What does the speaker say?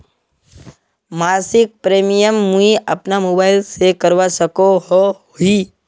मासिक प्रीमियम मुई अपना मोबाईल से करवा सकोहो ही?